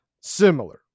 similar